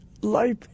life